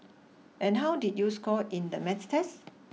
and how did you score in the maths test